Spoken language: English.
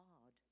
hard